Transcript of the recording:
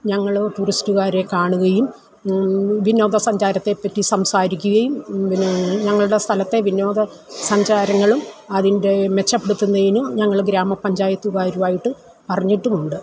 ഞങ്ങള് ടൂറിസ്റ്റ്കാരെ കാണുകയും വിനോദ സഞ്ചാരത്തെപ്പറ്റി സംസാരിക്കുകയും പിന്നെ ഞങ്ങളുടെ സ്ഥലത്തെ വിനോദ സഞ്ചാരങ്ങളും അതിൻ്റെ മെച്ചപ്പെടുത്തുന്നതിനും ഞങ്ങള് ഗ്രാമപഞ്ചായത്തുകാരുവായിട്ട് പറഞ്ഞിട്ടുമുണ്ട്